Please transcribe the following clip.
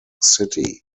city